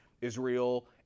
Israel